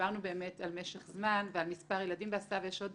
דיברנו על משך זמן ועל מספר ילדים בהסעה ויש עוד